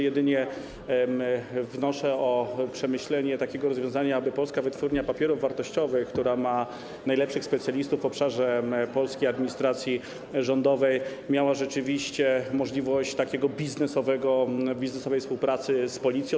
Jedynie wnoszę o przemyślenie takiego rozwiązania, aby Polska Wytwórnia Papierów Wartościowych, która ma najlepszych specjalistów w obszarze polskiej administracji rządowej, miała rzeczywiście możliwość takiej biznesowej współpracy z Policją.